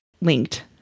linked